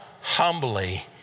humbly